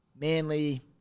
Manly